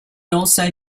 also